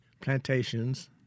plantations